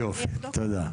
יופי, תודה.